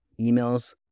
emails